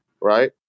right